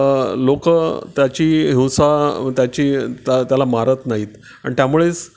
लोक त्याची हिंसा त्याची त्या त्याला मारत नाहीत आणि त्यामुळेच